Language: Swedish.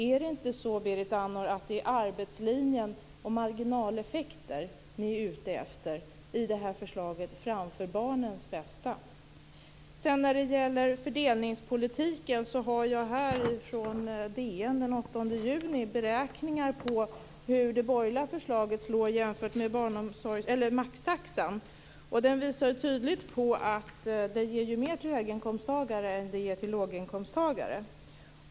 Är det inte så, Berit Andnor, att det är arbetslinjen och marginaleffekter som ni är ute efter i det här förslaget snarare än barnens bästa? När det sedan gäller fördelningspolitiken kan jag peka på beräkningar i DN den 8 juni av hur det borgerliga förslaget slår i jämförelse med maxtaxan. De visar tydligt att maxtaxan ger mer till höginkomsttagare än till låginkomsttagare.